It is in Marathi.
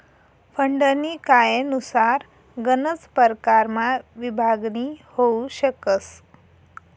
फंडनी कायनुसार गनच परकारमा विभागणी होउ शकस